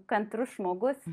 kantrus žmogus